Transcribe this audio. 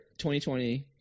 2020